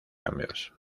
cambios